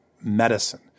medicine